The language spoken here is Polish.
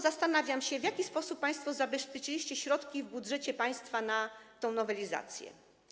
Zastanawiam się, w jaki sposób państwo zabezpieczyliście środki w budżecie państwa na tę nowelizację.